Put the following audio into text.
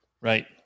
Right